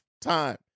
time